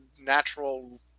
natural